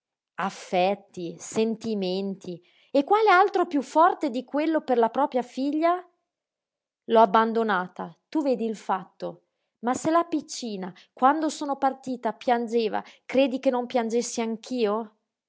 affetti sentimenti e quale altro piú forte di quello per la propria figlia l'ho abbandonata tu vedi il fatto ma se la piccina quando sono partita piangeva credi che non piangessi anch'io